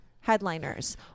headliners